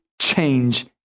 change